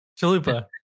Chalupa